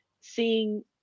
seeing